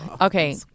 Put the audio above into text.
Okay